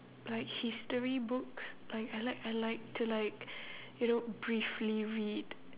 like history books like I like I like to like you know briefly read